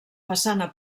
façana